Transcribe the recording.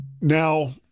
Now